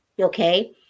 Okay